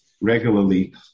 regularly